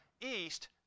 east